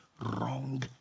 wrong